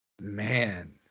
man